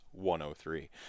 103